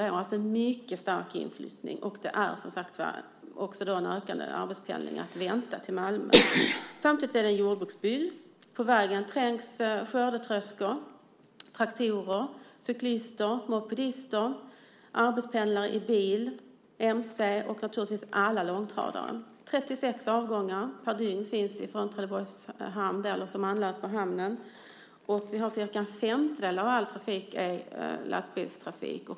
Vi har alltså en mycket stark inflyttning, och man kan också vänta sig en ökad arbetspendling till Malmö. Samtidigt är det en jordbruksbygd. På vägen trängs skördetröskor, traktorer, cyklister, mopedister, arbetspendlare i bil, mc och naturligtvis långtradare. Det finns 36 avgångar per dygn från Trelleborgs hamn, och cirka en femtedel av all trafik är lastbilstrafik.